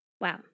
Wow